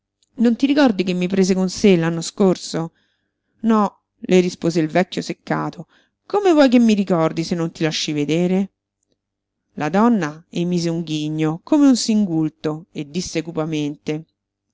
non ti ricordi che mi prese con sé l'anno scorso no le rispose il vecchio seccato come vuoi che mi ricordi se non ti lasci vedere la donna emise un ghigno come un singulto e disse